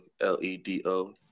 L-E-D-O